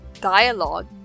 Dialogue